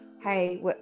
hey